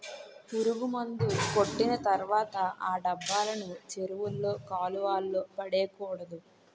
పురుగుమందు కొట్టిన తర్వాత ఆ డబ్బాలను చెరువుల్లో కాలువల్లో పడేకూడదు